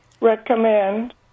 recommend